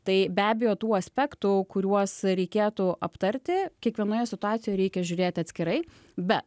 tai be abejo tų aspektų kuriuos reikėtų aptarti kiekvienoje situacijoje reikia žiūrėti atskirai bet